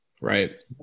Right